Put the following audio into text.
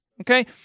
Okay